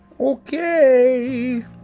Okay